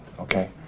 okay